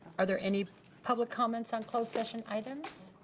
are there any public comments on closed session items?